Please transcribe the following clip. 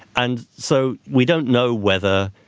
and so we don't know whether,